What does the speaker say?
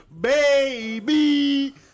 Baby